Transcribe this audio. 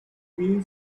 green